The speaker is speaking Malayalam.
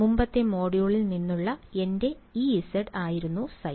മുമ്പത്തെ മൊഡ്യൂളിൽ നിന്നുള്ള എന്റെ Ez ആയിരുന്നു ϕ